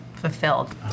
fulfilled